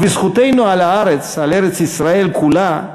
ובזכותנו על הארץ, על ארץ-ישראל כולה,